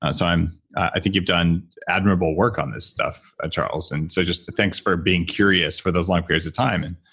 ah i think you've done admirable work on this stuff, charles. and so just thanks for being curious for those long periods of time. and